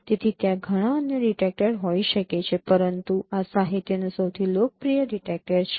તેથી ત્યાં ઘણા અન્ય ડિટેક્ટર હોઈ શકે છે પરંતુ આ સાહિત્યનો સૌથી લોકપ્રિય ડિટેક્ટર છે